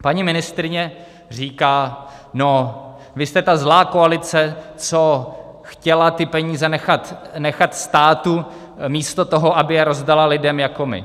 Paní ministryně říká: no, vy jste ta zlá koalice, co chtěla ty peníze nechat státu místo toho, aby je rozdala lidem jako my.